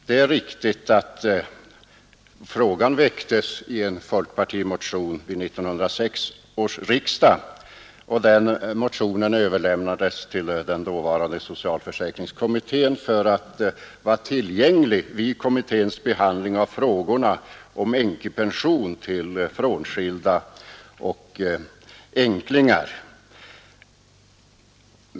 Det är riktigt att frågan väcktes i en folkpartimotion vid 1966 års riksdag, och den motionen överlämnades till den dåvarande socialförsäkringskommittén för att vara tillgänglig vid kommitténs behandling av frågorna om änkepension till frånskilda och pension till änklingar.